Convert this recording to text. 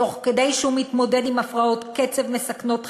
תוך שהוא מתמודד עם הפרעות קצב מסכנות חיים,